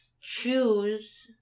choose